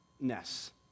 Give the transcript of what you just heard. ness